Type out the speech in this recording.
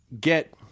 get